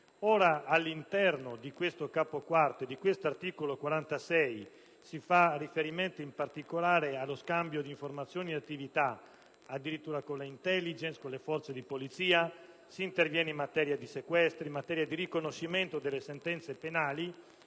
All'interno del Capo IV e dell'articolo 46 si fa riferimento in particolare allo scambio di informazioni ed attività addirittura con le *intelligence*, con le forze di polizia; si interviene in materia di sequestri, di riconoscimento delle sentenze penali.